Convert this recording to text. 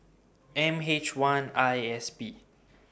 M H one I S P